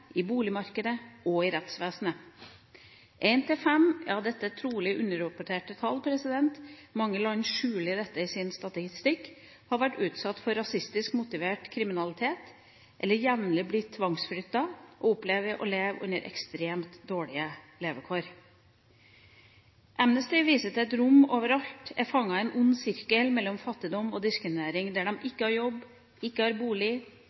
i boligmarkedet og i rettsvesenet. Én av fem – og det er trolig underrapporterte tall, mange land skjuler dette i sin statistikk – har vært utsatt for rasistisk motivert kriminalitet, eller jevnlig blitt tvangsflyttet og opplever å leve under ekstremt dårlige levekår. Amnesty viser til at romer overalt er fanget i en ond sirkel mellom fattigdom og diskriminering – der de ikke har jobb, der de ikke har bolig.